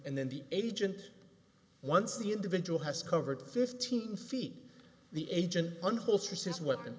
and then the agent once the individual has covered fifteen feet the agent